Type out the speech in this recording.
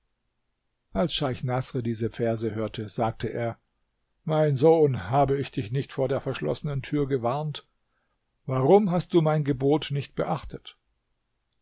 als scheich naßr diese verse hörte sagte er mein sohn habe ich dich nicht vor der verschlossenen tür gewarnt warum hast du mein gebot nicht beobachtet